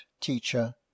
teacher